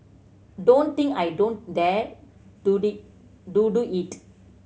don't think I don't dare to to do it